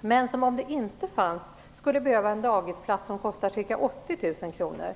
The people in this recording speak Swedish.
Men om det inte finns, skulle dessa familjer behöva dagisplats som kostar ca 80 000 kr.